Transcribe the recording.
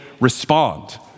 respond